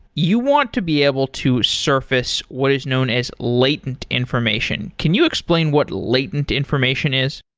you want to be able to surface what is known as latent information. can you explain what latent information is?